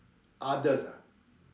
others ah